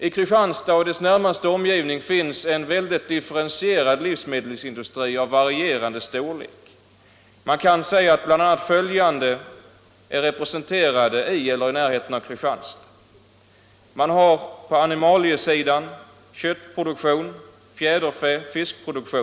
I Kristianstad och dess närmaste «omgivning finns en mycket differentierad livsmedelsindustri av varie rande storlek. BI. a. är följande grenar representerade: På animaliesidan förekommer framställning av kött-, fjäderfäoch fiskprodukter.